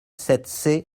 sept